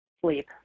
sleep